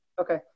Okay